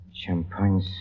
Champagne